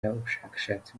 ubushakashatsi